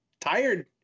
tired